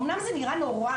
אומנם זה נראה נורא,